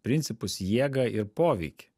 principus jėgą ir poveikį